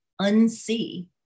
unsee